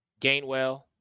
Gainwell